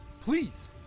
please